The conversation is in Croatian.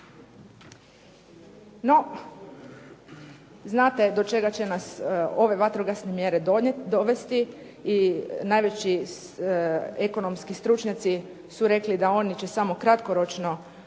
No, znate do čega će nas ove vatrogasne mjere dovesti i najveći ekonomski stručnjaci su rekli da oni će samo kratkoročno